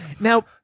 Now